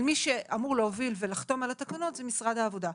מי שאמור להוביל ולחתום על התקנון הוא משרד העבודה.